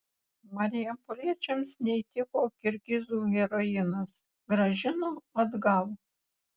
marijampoliečiams neįtiko kirgizų heroinas grąžino atgal